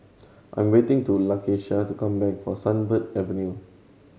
I am waiting to Lakeisha to come back from Sunbird Avenue